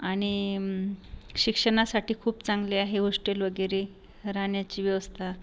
आनि शिक्षनासाटी खूप चांगले आहे होश्टेल वगेरे राहन्याची व्यवस्ता